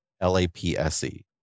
L-A-P-S-E